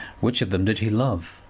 which of them did he love?